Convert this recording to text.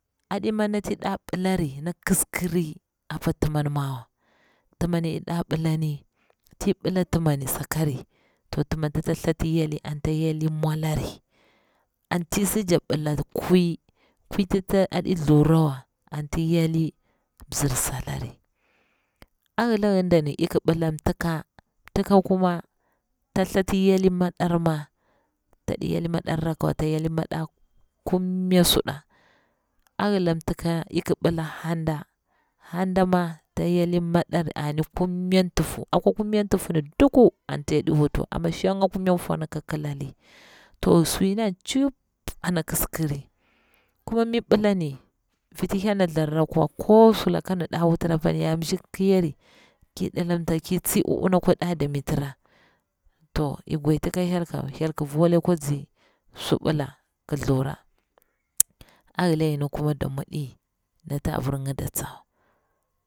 A ɗima nati iyi nɗa billari na kiskiri apa tima mi mawa, tima mi iy nɗa billa ni, ti nɗa billa tima ni sakari, p tima tita thatir yali anta yali mwa lari, anti iy si jakti billati kwui, kwui ti aɗi thurawa, anti yali mzir sdari. A hila ngindani ik billa mtika mtika kuma tita thatir ydi madar ma taɗi yali maɗar rakka wa, ta ydi mada kumnya suɗa, hila mtika ik billa haɗa, haɗa ma ta yoh maɗa ani kumnya tufu, akwa kumnya tufu ni duku anti yaɗi wutiwa, amma nshanga kumanya fwar ni ki kilali to su ngini yani chip ana kisi kiri, kuma mi billa ni, viti nyel ana tharra pwa ko sulaka an nda wutira a pani ya mzi kiyari ki ɗilimta ki tsi uwu uwu nakwa ofa dami tira ni, to ik gwadita ka hyel, hyel ƙi voli akwa nzi su billa nki thira a hila ngini kuma danwa aɗi nati abir tsawa